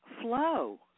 flow